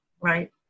right